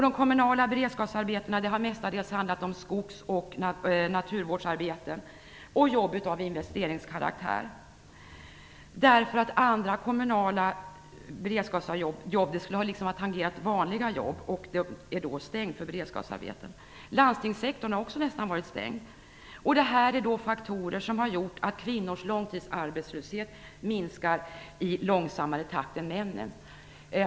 De kommunala beredskapsarbetena har mestadels varit skogs och naturvårdsarbeten samt jobb av investeringskaraktär. Andra kommunala beredskapsjobb skulle nämligen ha tangerat "vanliga jobb", och den sektorn är därför stängd för beredskapsarbeten. Landstingssektorn har också nästan varit stängd. Det här är faktorer som har gjort att kvinnors långtidsarbetslöshet minskar i långsammare takt än männens.